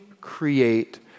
create